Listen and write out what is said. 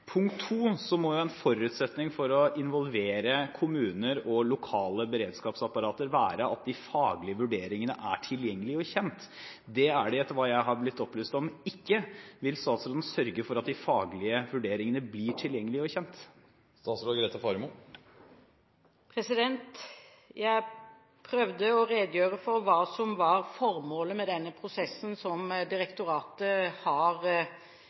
Punkt 2: En forutsetning for å involvere kommuner og lokale beredskapsapparater må være at de faglige vurderingene er tilgjengelige og kjent. Det er de, etter hva jeg har blitt opplyst om, ikke. Vil statsråden sørge for at de faglige vurderingene blir tilgjengelige og kjent? Jeg prøvde å redegjøre for hva som var formålet med denne prosessen, der direktoratet har